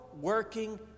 working